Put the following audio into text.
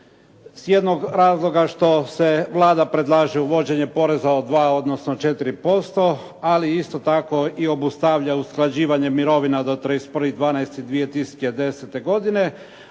s jednog razloga što se Vlade predlaže uvođenje poreza od 2, odnosno 4%, ali isto tako obustavlja usklađivanje mirovina do 31. 12. 2010. godine.